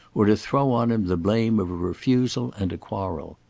or to throw on him the blame of a refusal and a quarrel.